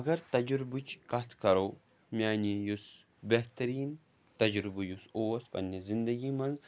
اَگر تجُربٕچ کَتھ کَرو میٛانہِ یُس بہتریٖن تَجرُبہٕ یُس اوس پنٛنہِ زندگی منٛز